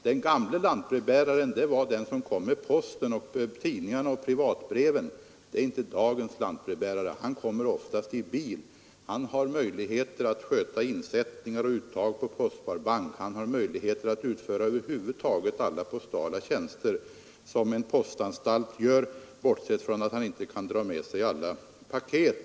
Den gamle lantbrevbäraren var den som kom med tidningen och privatbreven. Dagens lantbrevbärare kommer oftast i bil. Han har möjlighet att sköta insättningar och uttag på postsparbank, han har möjlighet att utföra över huvud taget alla postala tjänster som en postanstalt utför, bortsett från att han inte kan dra med sig alla paket.